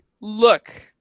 Look